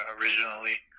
originally